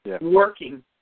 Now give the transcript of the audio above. working